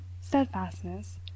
steadfastness